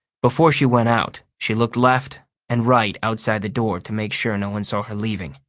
before she went out, she looked left and right outside the door to make sure no one saw her leaving.